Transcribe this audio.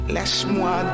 Laisse-moi